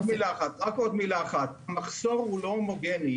רק עוד מילה אחת: המחסור הוא לא הומוגני.